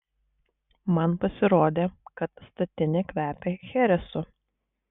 man pasirodė kad statinė kvepia cheresu